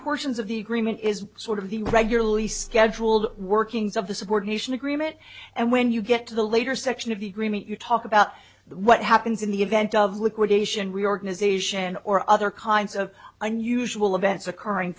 portions of the agreement is sort of the regularly scheduled workings of the subordination agreement and when you get to the later section of the agreement you talk about what happens in the event of liquidation reorganization or other kinds of unusual events occurring